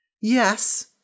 Yes